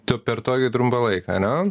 tu per tokį trumpą laiką ane